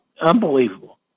Unbelievable